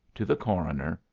to the coroner,